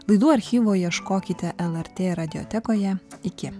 laidų archyvo ieškokite lrt radiiotekoje iki